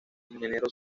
ingeniero